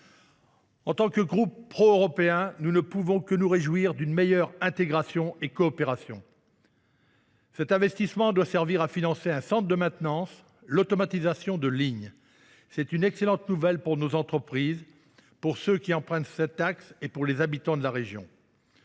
membres d’un groupe pro européen, nous ne pouvons que nous réjouir d’une meilleure intégration et d’une meilleure coopération. Cet investissement doit servir à financer un centre de maintenance et l’automatisation de lignes. C’est une excellente nouvelle pour nos entreprises, pour ceux qui empruntent cet axe et pour les habitants de la région.